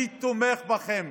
אני תומך בכם,